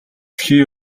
хий